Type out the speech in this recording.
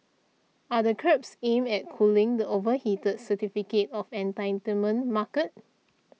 are the curbs aimed at cooling the overheated certificate of entitlement market